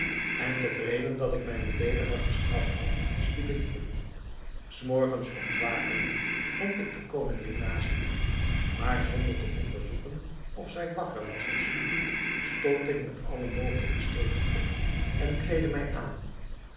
en tevreden dat ik mijn beleediger gestraft had sliep ik in s morgens ontwakende vond ik de koningin naast mij maar zonder te onderzoeken of zij wakker was of sliep stond ik met alle mogelijke stilte op en kleedde mij aan